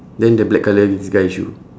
then the black colour is guy shoe